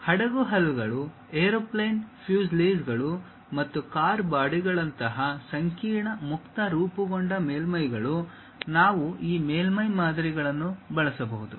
ಹಡಗು ಹಲ್ಗಳು ಏರ್ಪ್ಲೇನ್ ಫ್ಯೂಸ್ಲೇಜ್ಗಳು ಮತ್ತು ಕಾರ್ ಬಾಡಿಗಳಂತಹ ಸಂಕೀರ್ಣ ಮುಕ್ತ ರೂಪುಗೊಂಡ ಮೇಲ್ಮೈಗಳು ನಾವು ಈ ಮೇಲ್ಮೈ ಮಾದರಿಗಳನ್ನು ಬಳಸಬಹುದು